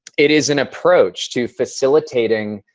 it is an approach to facilitating